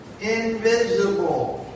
invisible